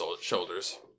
shoulders